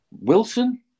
Wilson